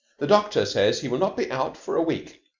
the doctor says he will not be out for a week.